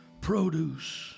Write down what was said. produce